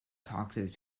toxic